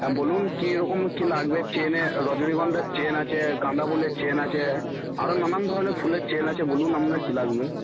হ্যাঁ বলুন কিরকম কী লাগবে চেনে রজনরীগন্ধার চেন আছে গাঁদা ফুলের চেন আছে আরও নানান ধরনের ফুলের চেন আছে বলুন আপনার কী লাগবে